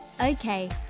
Okay